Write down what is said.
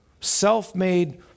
self-made